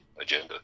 agenda